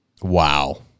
Wow